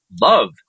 love